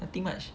nothing much